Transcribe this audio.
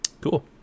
Cool